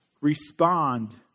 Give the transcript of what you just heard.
respond